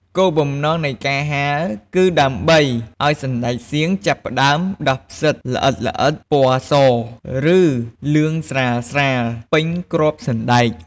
គោលបំណងនៃការហាល គឺដើម្បីឱ្យសណ្ដែកសៀងចាប់ផ្ដើមដុះផ្សិតល្អិតៗពណ៌ស ឬលឿងស្រាលៗពេញគ្រាប់សណ្ដែក។